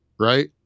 right